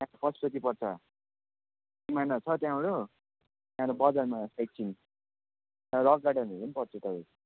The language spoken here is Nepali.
त्यहाँको फर्स्टचोटि पर्छ सिमाना छ त्यहाँ अरू त्यहाँबाट बजारमा साइट सिन त्यहाँबाट रक गार्डेनहरू नि पर्छ तपाईँको